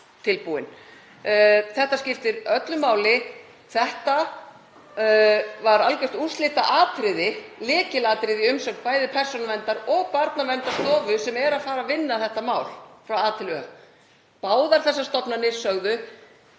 tilbúinn. Það skiptir öllu máli. Það var algjört úrslitaatriði, lykilatriði í umsögn bæði Persónuverndar og Barnaverndarstofu sem eru að fara að vinna þetta mál frá A til Ö. Báðar þessar stofnanir sögðu: